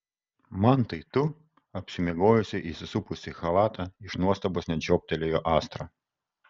mantai tu apsimiegojusi įsisupusi į chalatą iš nuostabos net žioptelėjo astra